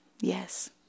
Yes